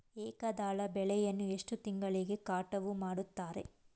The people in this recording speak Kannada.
ಏಕದಳ ಬೆಳೆಯನ್ನು ಎಷ್ಟು ತಿಂಗಳಿಗೆ ಕಟಾವು ಮಾಡುತ್ತಾರೆ?